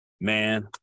man